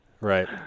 Right